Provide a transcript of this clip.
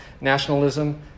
nationalism